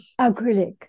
Acrylic